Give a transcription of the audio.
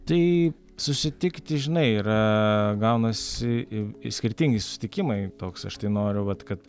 tai susitikti žinai yra gaunasi i skirtingi susitikimai toks aš tai noriu vat kad